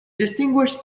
distinguish